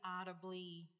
audibly